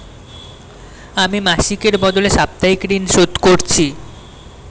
আমি মাসিকের বদলে সাপ্তাহিক ঋন শোধ করছি